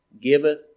giveth